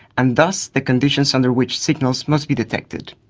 and thus the conditions under which signals must be detected.